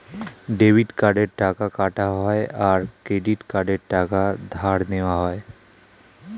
debit কার্ডে টাকা কাটা হয় আর ক্রেডিট কার্ডে টাকা ধার নেওয়া হয়